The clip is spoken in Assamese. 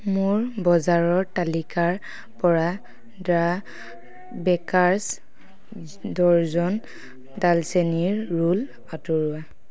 মোৰ বজাৰৰ তালিকাৰ পৰা দ্যা বেকাৰ্ছ ডৰ্জন ডালচেনীৰ ৰোল আঁতৰোৱা